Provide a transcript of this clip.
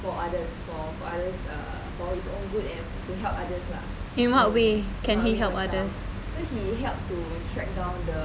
in what way can he help others